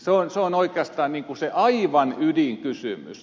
se on oikeastaan aivan ydinkysymys